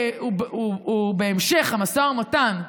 בהמשך המשא ומתן,